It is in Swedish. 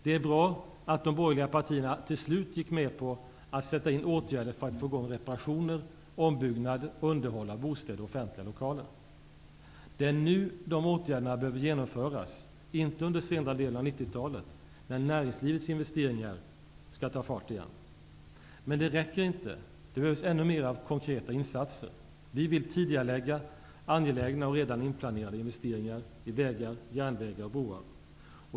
Det är bra att de borgerliga partierna till slut gick med på att sätta in åtgärder för att få i gång reparationer, ombyggnader och underhåll av bostäder och offentliga lokaler. Det är nu dessa åtgärder behöver genomföras, inte under senare delen av 1990-talet när näringslivets investeringar skall ta fart igen. Men det räcker inte. Det behövs ännu mer av konkreta insatser. Vi vill tidigarelägga angelägna och redan inplanerade investeringar i vägar, järnvägar och broar.